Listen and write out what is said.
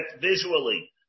visually